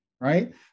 right